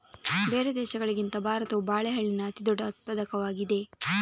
ಬೇರೆ ದೇಶಗಳಿಗಿಂತ ಭಾರತವು ಬಾಳೆಹಣ್ಣಿನ ಅತಿದೊಡ್ಡ ಉತ್ಪಾದಕವಾಗಿದೆ